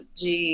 de